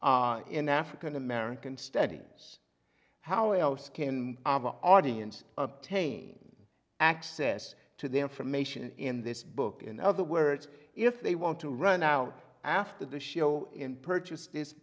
in african american studies how else can our audience taint access to the information in this book in other words if they want to run out after the show in purchase this